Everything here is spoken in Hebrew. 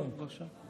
לא, בבקשה.